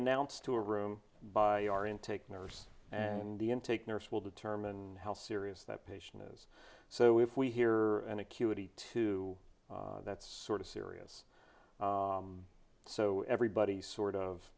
announced to a room by our intake nurse and the intake nurse will determine how serious that patient is so if we hear and acuity too that's sort of serious so everybody sort of